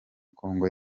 kongo